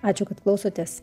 ačiū kad klausotės